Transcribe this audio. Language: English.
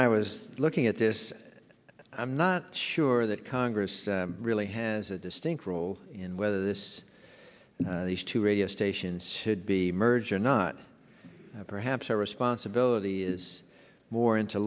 i was looking at this i'm not sure that congress really has a distinct role in whether this these two radio stations should be merged or not perhaps our responsibility is more into